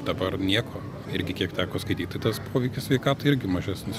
dabar nieko irgi kiek teko skaityt tai tas poveikis sveikatai irgi mažesnis